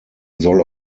soll